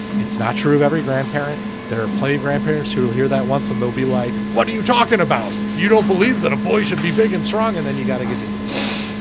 it's not true of every grandparent that are playing grandparents who will hear that once and they'll be like what are you talking about. you don't believe that a boy should be big and strong and then you've got to get into it with him.